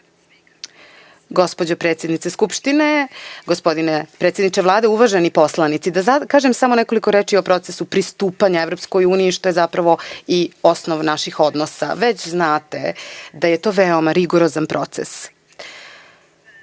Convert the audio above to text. Gospođo predsednice Skupštine, gospodine predsedniče Vlade, uvaženi poslanici, da kažem samo nekoliko reči o procesu pristupanja EU, što je zapravo i osnov naših odnosa. Već znate da je to veoma rigorozan proces